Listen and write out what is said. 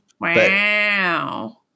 Wow